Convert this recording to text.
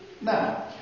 Now